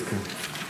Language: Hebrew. אז כן.